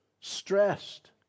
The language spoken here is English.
Stressed